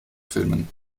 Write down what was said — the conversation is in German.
filmen